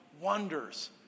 wonders